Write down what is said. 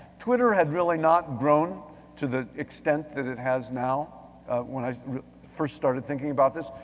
twitter had really not grown to the extent that it has now when i first started thinking about this.